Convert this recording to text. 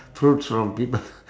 fruits from people